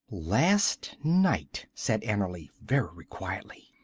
last night, said annerly very quietly,